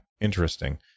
interesting